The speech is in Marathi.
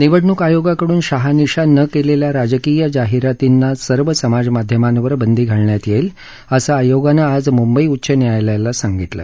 निवडणूक आयोगाकडून शहानिशा न केलेल्या राजकीय जाहिरातींना सर्व समाज माध्यमांवर बंदी घालण्यात येईल असं आयोगानं आज मुंबई उच्च न्यायालयाला सांगितलं